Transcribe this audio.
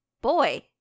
boy